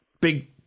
Big